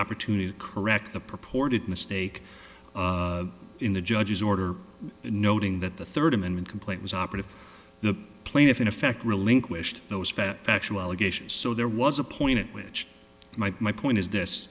opportunity to correct the purported mistake in the judge's order noting that the third amendment complaint was operative the plaintiff in effect relinquished those factual allegations so there was a point at which my my point is this